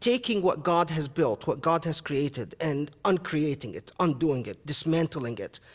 taking what god has built, what god has created, and uncreating it, undoing it, dismantling it.